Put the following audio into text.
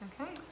okay